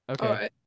Okay